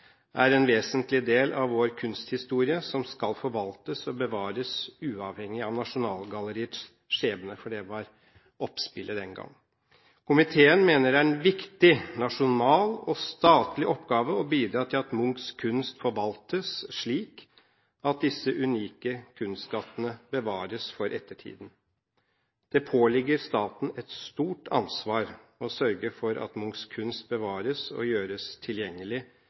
«er en vesentlig del av vår kunsthistorie som skal forvaltes og bevares uavhengig av Nasjonalgalleriets skjebne.» Dette var oppspillet den gang. Videre: «Komiteen mener det er en viktig nasjonal og statlig oppgave å bidra til at Munchs kunst forvaltes slik at disse unike kunstskattene bevares for ettertiden. Det påligger staten et stort ansvar å sørge for at Munchs kunst bevares og gjøres tilgjengelig